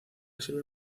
sirve